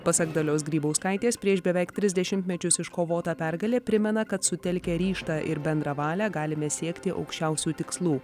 pasak dalios grybauskaitės prieš beveik tris dešimtmečius iškovota pergalė primena kad sutelkę ryžtą ir bendrą valią galime siekti aukščiausių tikslų